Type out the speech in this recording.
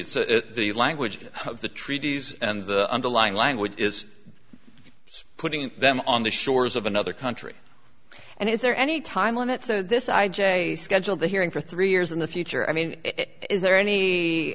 it's the language of the treaties and the underlying language is so putting them on the shores of another country and is there any time limit so this i j scheduled a hearing for three years in the future i mean is there any